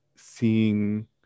seeing